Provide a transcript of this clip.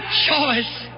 choice